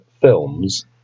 films